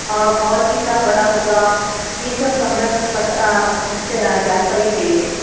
और हॉल कितना बड़ा होगा ये सब हमें पता जानकारी चाहिए